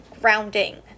grounding